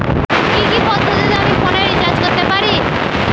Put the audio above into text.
কি কি পদ্ধতিতে আমি ফোনে রিচার্জ করতে পারি?